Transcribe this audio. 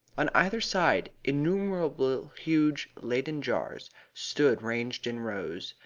on either side innumerable huge leyden jars stood ranged in rows,